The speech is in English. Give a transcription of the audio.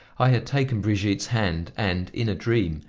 i had taken brigitte's hand, and, in a dream,